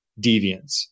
deviance